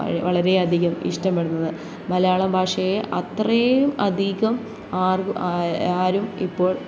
വളരെയധികം ഇഷ്ടപ്പെടുന്നത് മലയാളം ഭാഷയെ അത്രയും അധികം ആർ ആരും ഇപ്പോൾ